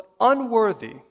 unworthy